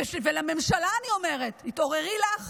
ולממשלה אני אומרת: התעוררי לך